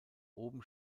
oben